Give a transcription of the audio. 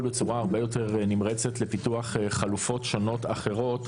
בצורה הרבה יותר נמרצת לפיתוח חלופות שונות אחרות,